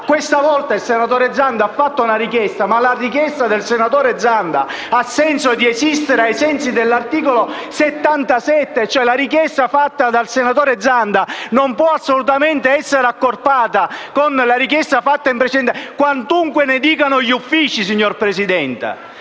Questa volta il senatore Zanda ha fatta una richiesta, ma la richiesta del senatore Zanda ha motivo di esistere ai sensi dell'articolo 77 del Regolamento: la richiesta avanzata dal senatore Zanda non può assolutamente essere accorpata con la richiesta fatta in precedenza, signor Presidente,